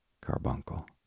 Carbuncle